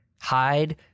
Hide